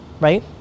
right